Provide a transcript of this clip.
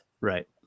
Right